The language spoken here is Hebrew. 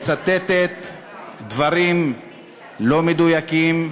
מצטטת דברים לא מדויקים,